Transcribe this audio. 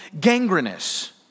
gangrenous